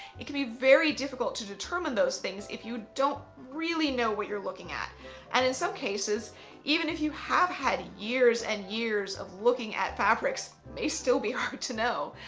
it can be very difficult to determine those things, if you don't really know what you're looking at and in some cases even if you have had years and years of looking at fabrics may still be hard to know.